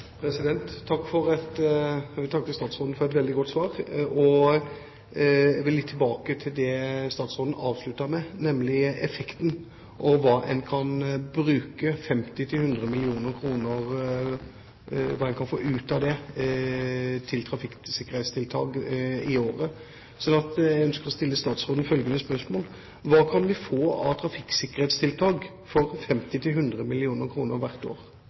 Jeg vil takke statsråden for et veldig godt svar. Jeg vil litt tilbake til det statsråden avsluttet med, nemlig effekten og hva en kan få ut av 50–100 mill. kr til trafikksikkerhetstiltak i året. Jeg ønsker derfor å stille følgende spørsmål til statsråden: Hva kan vi få av trafikksikkerhetstiltak for 50–100 mill. kr hvert år?